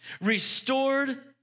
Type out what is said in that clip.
restored